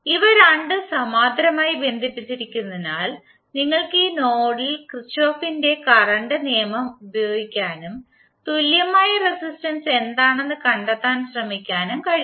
ഇവ രണ്ടും സമാന്തരമായി ബന്ധിപ്പിച്ചിരിക്കുന്നതിനാൽ നിങ്ങൾക്ക് ഈ നോഡിൽ കിർചോഫിന്റെ കറണ്ട് നിയമം ഉപയോഗിക്കാനും തുല്യമായ റെസിസ്റ്റൻസ് എന്താണെന്ന് കണ്ടെത്താൻ ശ്രമിക്കാനും കഴിയും